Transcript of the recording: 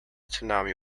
tsunami